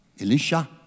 Elisha